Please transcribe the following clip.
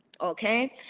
okay